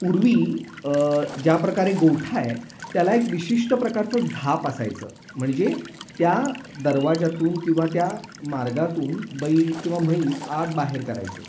पूर्वी ज्याप्रकारे गोठा आहे त्याला एक विशिष्ट प्रकारचं झाप असायचं म्हणजे त्या दरवाजातून किंवा त्या मार्गातून बैल किंवा म्हैस आत बाहेर करायचे